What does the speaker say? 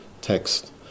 text